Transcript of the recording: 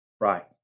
right